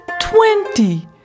Twenty